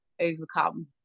overcome